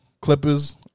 Clippers